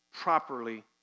properly